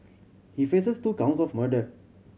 he faces two counts of murder